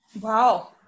Wow